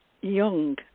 young